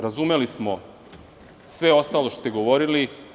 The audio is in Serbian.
Razumeli smo sve ostalo što ste govorili.